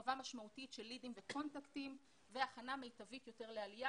הרחבה משמעותית של לידינג וקונטנטים והכנה מיטבית יותר לעלייה,